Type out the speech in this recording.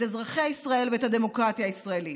את אזרחי ישראל ואת הדמוקרטיה הישראלית.